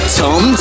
tom